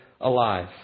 alive